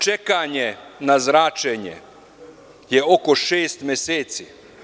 Čekanje na zračenje je oko šest meseci.